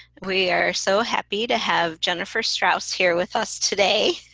we are so happy to have jenifer strauss here with us today,